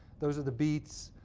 those are the beats,